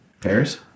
Paris